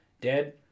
Dead